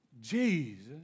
Jesus